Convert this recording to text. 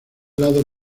lado